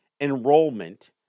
enrollment